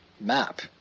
map